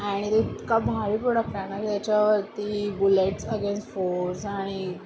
आणि इतका भारी प्रोडक्ट आहेना की त्याच्यावरती बुलेट्स अगेन्स्ट फोस आणि